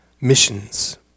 missions